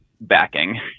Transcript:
backing